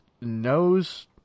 knows